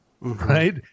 Right